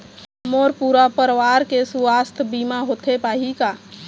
मोर पूरा परवार के सुवास्थ बीमा होथे पाही का?